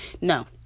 no